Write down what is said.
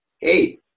hey